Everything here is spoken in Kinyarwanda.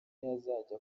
yazajya